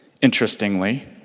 Interestingly